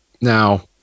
Now